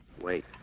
Wait